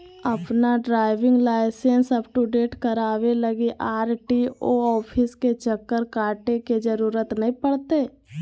अपन driving licence update कराबे लगी आर.टी.ओ ऑफिस के चक्कर काटे के जरूरत नै पड़तैय